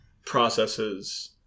processes